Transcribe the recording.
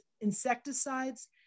insecticides